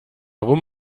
rum